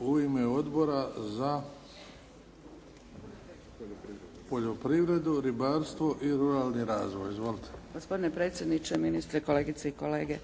u ime Odbora za poljoprivredu, ribarstvo i ruralni razvoj. Izvolite. **Zgrebec, Dragica (SDP)** Gospodine predsjedniče, ministre, kolegice i kolege.